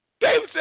David